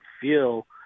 feel